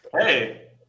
Hey